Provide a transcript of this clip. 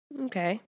okay